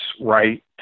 right